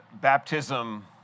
baptism